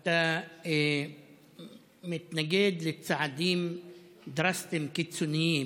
אתה מתנגד לצעדים דרסטיים, קיצוניים.